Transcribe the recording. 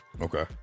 Okay